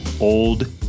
old